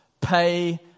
pay